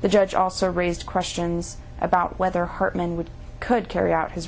the judge also raised questions about whether hartmann would could carry out his